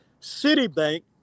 Citibank